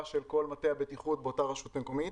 של כל מטה הבטיחות באותה רשות מקומית.